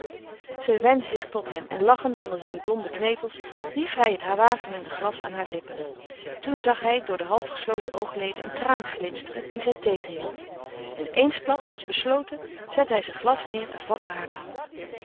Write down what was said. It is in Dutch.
zij wendde zich tot hem en lachende onder zijn blonde knevels hief hij het wasemende glas aan hare lippen toen zag hij door de half gesloten oogleden een traan glinsteren dien zij tegenhield en eensklaps als besloten zette hij zijn glas neêr en vatte haar de handen